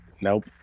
Nope